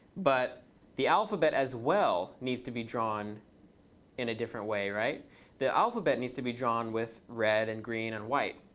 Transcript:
but the alphabet as well needs to be drawn in a different way. the alphabet needs to be drawn with red and green and white.